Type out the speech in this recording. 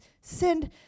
send